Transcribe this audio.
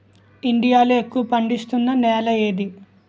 India లో ఎక్కువ పండిస్తున్నా నేల ఏది?